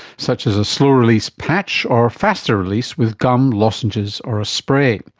such as a slow-release patch or faster release with gum, lozenges or a spray.